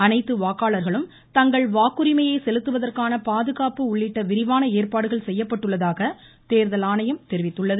அனைத்து வாக்காளர்களும் தங்கள் வாக்குரிமையை செலுத்துவதற்கான பாதுகாப்பு உள்ளிட்ட விரிவான ஏற்பாடுகள் செய்யப்பட்டுள்ளதாக தேர்தல் ஆணையம் தெரிவித்துள்ளது